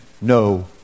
no